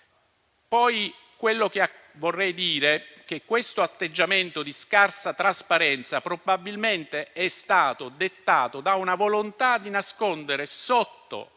Vorrei anche dire che questo atteggiamento di scarsa trasparenza probabilmente è stato dettato da una volontà di nascondere sotto